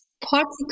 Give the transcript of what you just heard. partly